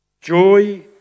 Joy